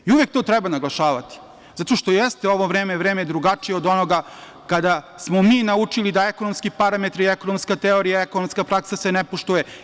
I, uvek to treba naglašavati, zato što jeste ovo vreme, vreme drugačije od onoga kada smo mi naučili da ekonomski parametri, ekonomska teorija, ekonomska praksa se ne poštuje.